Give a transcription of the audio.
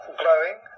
glowing